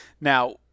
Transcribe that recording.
now